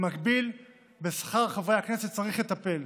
במקביל, בשכר חברי הכנסת צריך לטפל.